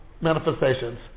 manifestations